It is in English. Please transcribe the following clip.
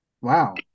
wow